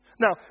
Now